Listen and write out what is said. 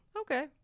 Okay